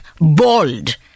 bald